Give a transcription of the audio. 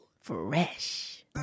Fresh